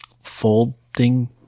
folding